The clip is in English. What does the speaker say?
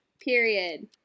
Period